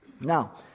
Now